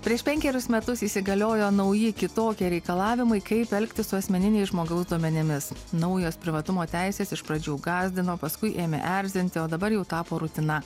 prieš penkerius metus įsigaliojo nauji kitokie reikalavimai kaip elgtis su asmeniniais žmogaus duomenimis naujos privatumo teisės iš pradžių gąsdino paskui ėmė erzinti o dabar jau tapo rutina